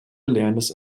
erlernendes